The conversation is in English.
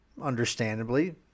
understandably